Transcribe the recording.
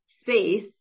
space